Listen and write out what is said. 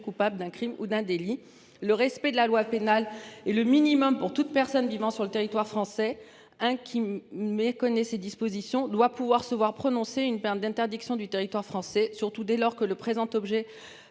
coupable d'un Crime ou d'un délit. Le respect de la loi pénale et le minimum pour toute personne vivant sur le territoire français hein qui méconnaît ces dispositions doit pouvoir se voir prononcer une peine d'interdiction du territoire français surtout dès lors que le présent. Objet